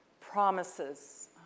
promises